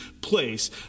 place